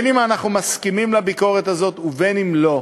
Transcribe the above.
אם אנחנו מסכימים לביקורת הזאת ואם לא,